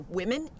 women